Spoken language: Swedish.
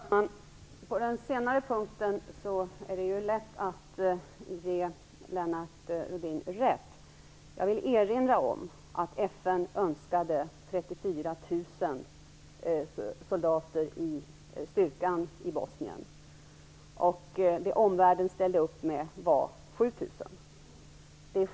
Herr talman! På den senare punkten är det lätt att ge Lennart Rohdin rätt. Jag vill erinra om att FN önskade 34 000 soldater i styrkan i Bosnien. Det omvärlden ställde upp med var 7 000.